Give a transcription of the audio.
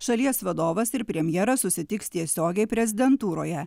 šalies vadovas ir premjeras susitiks tiesiogiai prezidentūroje